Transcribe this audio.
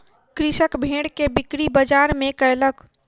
कृषक भेड़ के बिक्री बजार में कयलक